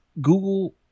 Google